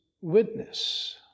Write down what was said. witness